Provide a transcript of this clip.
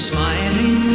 Smiling